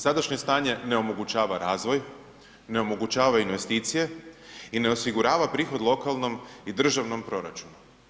Sadašnje stanje ne omogućava razvoj, ne omogućava investicije i ne osigurava prihod lokalnom i državnom proračun.